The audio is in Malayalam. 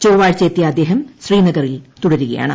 ചൊവ്വാഴ്ച എത്തിയ അദ്ദേഹം ശ്രീനഗറിൽ തുടരുകയാണ്